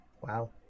Wow